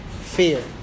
fear